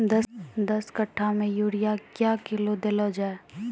दस कट्ठा मे यूरिया क्या किलो देलो जाय?